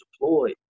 deployed